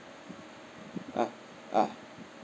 ah ah